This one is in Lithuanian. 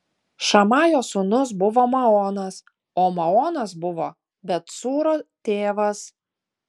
šamajo sūnus buvo maonas o maonas buvo bet cūro tėvas